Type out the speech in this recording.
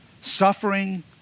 suffering